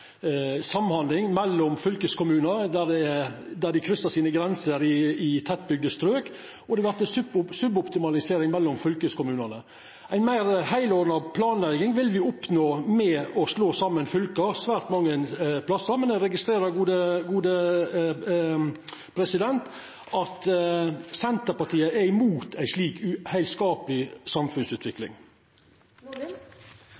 samhandling mellom fylkeskommunar der grensene kryssar kvarandre i tettbygde strok, og det vert suboptimalisering mellom fylkeskommunane. Ei meir heilordna planlegging vil me oppnå ved å slå saman fylka svært mange plassar, men eg registrerer at Senterpartiet er imot ei slik heilskapleg